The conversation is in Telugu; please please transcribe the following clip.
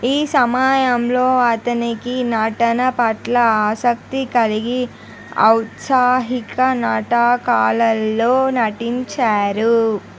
ఈ సమయంలో అతనికి నటన పట్ల ఆసక్తి కలిగి ఔత్సాహిక నాటకాలల్లో నటించారు